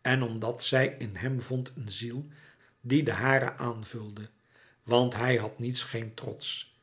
en omdat zij in hem vond een ziel die de hare aanvulde want hij had niets geen trots